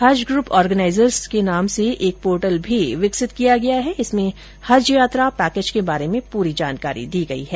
हज group organisers के नाम से एक पोर्टल भी विकसित किया गया है जिसमें हज यात्रा पैकेज के बारे में पूरी जानकारी दी गई है